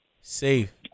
safe